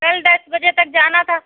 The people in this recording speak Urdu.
کل دس بجے تک جانا تھا